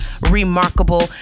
Remarkable